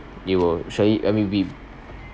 they will surely M_U_B